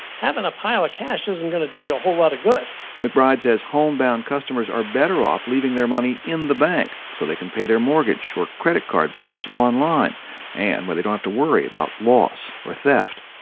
having a pile of cash isn't going to do you a whole lot of good mcbride says homebound customers are better off leaving their money in the bank so they can pay their mortgage or credit card bills online and where they don't have to worry about loss or theft.